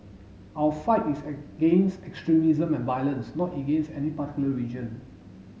our fight is against extremism and violence not against any particular religion